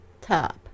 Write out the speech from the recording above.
top